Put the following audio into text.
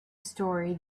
story